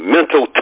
Mental